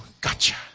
Gotcha